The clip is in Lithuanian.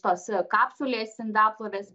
tos kapsulės indaplovės